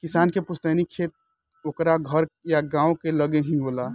किसान के पुस्तैनी खेत ओकरा घर या गांव के लगे ही होला